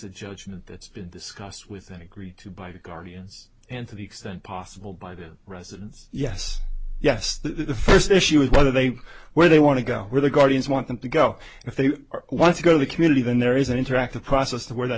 a judgment that's been discussed within agreed to by the guardians and to the extent possible by the residents yes yes the first issue is whether they where they want to go where the guardians want them to go if they want to go to the community then there is an interactive process where that